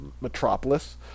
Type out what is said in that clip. metropolis